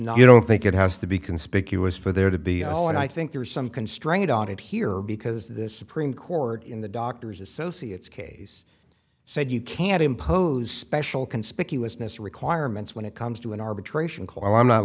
not you don't think it has to be conspicuous for there to be a hole and i think there is some constraint on it here because this supreme court in the doctor's associates case said you can't impose special conspicuousness requirements when it comes to an arbitration call i'm not